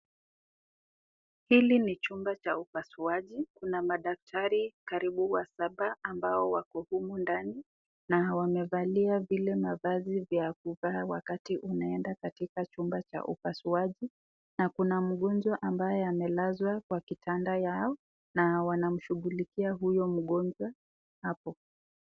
Hili ni chumba cha upasuaji, kuna madaktari karibu wasaba ambao wako humu ndani na wamevalia vile mavazi vya kuvaa wakati unaenda katika chumba cha upasuaji na kuna mgonjwa ambaye amelazwa kwa kitanda yao na wanamshughulikia huyo mgonjwa hapo.